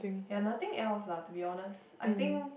ya nothing else lah to be honest I think